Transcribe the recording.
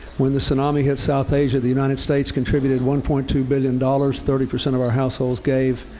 when the tsunami hit south asia, the united states contributed one point two billion dollars. thirty percent of our households gave.